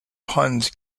puns